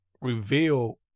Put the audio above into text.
reveal